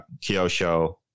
Kyosho